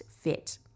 fit